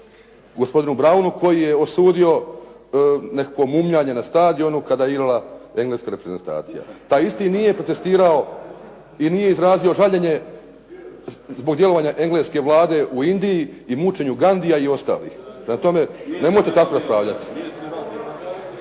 gospodinu Brownu koji je osudio nekakvo mumljanje na stadionu kada je igrala engleska reprezentacija. Taj isti nije protestirao i nije izrazio žaljenje zbog djelovanja engleske Vlade u Indiji i mučenju Gandhia i ostalih. Prema tome, nemojte tako raspravljati.